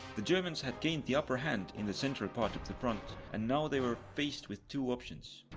the germans had gained the upper hand in the central part of the front and now they were faced with two options.